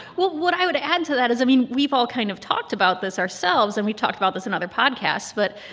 well, what i would add to that is i mean, we've all kind of talked about this ourselves, and we talked about this in other podcasts. but,